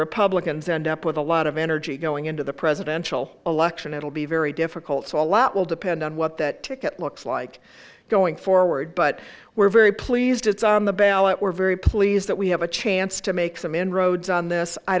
republicans end up with a lot of energy going into the presidential election it'll be very difficult so a lot will depend on what that ticket looks like going forward but we're very pleased it's on the ballot we're very pleased that we have a chance to make some inroads on this i